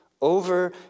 over